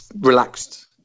relaxed